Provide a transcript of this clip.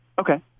Okay